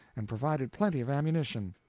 and provided plenty of ammunition.